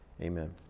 Amen